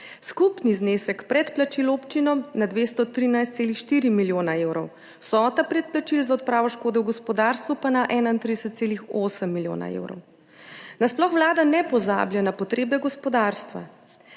skupni znesek predplačil občinam na 213,4 milijone evrov, vsota predplačil za odpravo škode v gospodarstvu pa na 31,8 milijona evrov. Nasploh Vlada ne pozablja na potrebe gospodarstva.